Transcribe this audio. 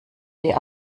dir